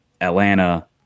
Atlanta